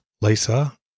Lisa